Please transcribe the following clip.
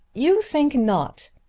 you think not!